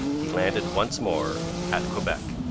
he landed once more at quebec.